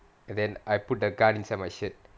and then I put the gun inside my shirt